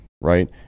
right